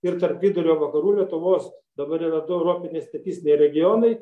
ir tarp vidurio vakarų lietuvos dabar yra europiniai statistiniai regionai